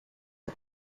job